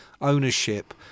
ownership